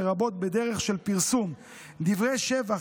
לרבות בדרך של פרסום דברי שבח,